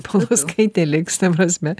paulauskaitė liks ta prasme